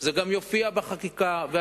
זה גם יופיע בחקיקה, קרקעות לבעלי הון.